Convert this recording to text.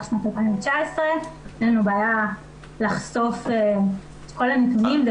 שנת 2019. אין לנו בעיה לחשוף את כל הנתונים.